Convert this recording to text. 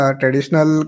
traditional